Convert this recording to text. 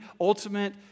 ultimate